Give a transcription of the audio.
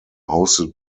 hosted